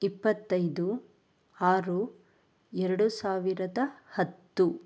ಇಪ್ಪತ್ತೈದು ಆರು ಎರಡು ಸಾವಿರದ ಹತ್ತು